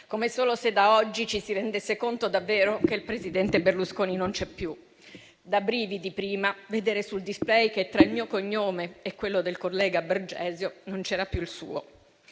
se solo da oggi ci si rendesse conto davvero che il presidente Berlusconi non c'è più. È stato da brividi prima vedere sul *display* che tra il mio cognome e quello del collega Bergesio non c'era più il suo.